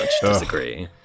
disagree